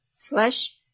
slash